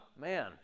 man